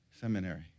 seminary